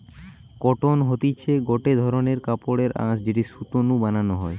cotton হতিছে গটে ধরণের কাপড়ের আঁশ যেটি সুতো নু বানানো হয়